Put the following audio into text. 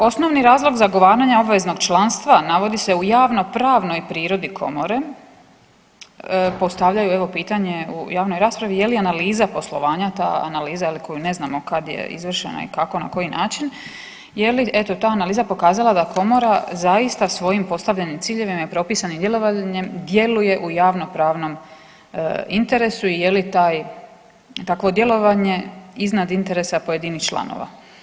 Osnovni razlog zagovaranja obveznog članstva navodi se u javnopravnoj prirodi Komore, postavljaju, evo, pitanje u javnoj raspravi, je li analiza poslovanja ta, analiza, je li, koju ne znamo kad je izvršena i kako i na koji način, je li, eto, ta analiza pokazala da Komora zaista svojim postavljenim ciljevima i propisanim djelovanjem djeluje u javnopravnom interesu i je li taj, takvo djelovanje iznad interesa pojedinih članova.